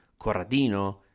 Corradino